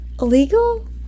Illegal